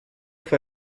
fue